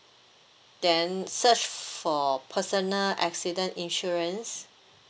then search for personal accident insurance